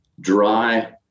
dry